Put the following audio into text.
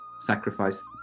sacrifice